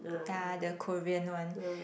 yeah the Korean one